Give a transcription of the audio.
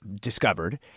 discovered